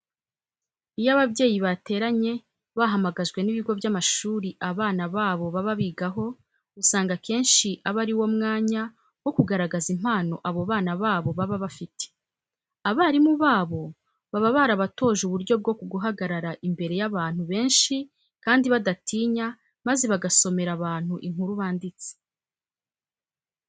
Iyo ababyeyi bateranye bahamagajwe n'ibigo by'amashuri abana babo baba bigaho, usanga akenshi aba ari wo mwanya wo kugaragaza impano abo bana babo baba bafite. Abarimu babo baba barabatoje uburyo bwo guhagarara imbere y'abantu benshi kandi badatinya maze bagasomera abantu inkuru banditse.